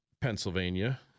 Pennsylvania